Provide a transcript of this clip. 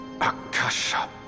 Akasha